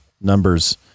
numbers